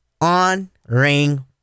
on-ring